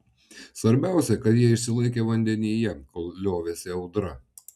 svarbiausia kad jie išsilaikė vandenyje kol liovėsi audra